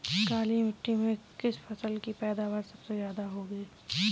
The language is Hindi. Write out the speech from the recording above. काली मिट्टी में किस फसल की पैदावार सबसे ज्यादा होगी?